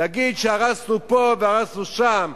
להגיד שהרסנו פה והרסנו שם.